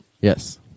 Yes